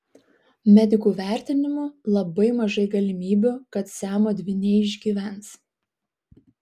medikų vertinimu labai mažai galimybių kad siamo dvyniai išgyvens